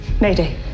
Mayday